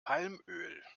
palmöl